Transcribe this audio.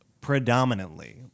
predominantly